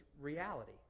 reality